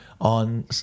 on